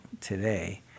today